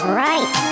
right